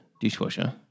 dishwasher